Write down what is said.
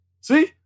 See